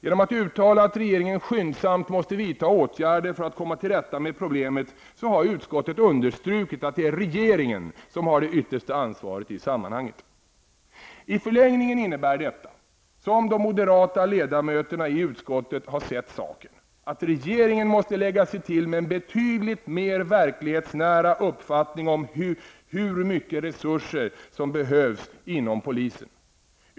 Genom att uttala att regeringen skyndsamt måste vidta åtgärder för att det skall gå att komma till rätta med problemet har utskottet understrukit att det är regeringen som har det yttersta ansvaret i sammanhanget. I en förlängning innebär detta -- som de moderata ledamöterna i utskottet har sett saken -- att regeringen måste lägga sig till med en betydligt mer verklighetsnära uppfattning om hur mycket resurser som behövs inom polisen.